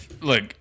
Look